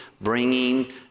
bringing